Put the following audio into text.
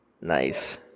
Nice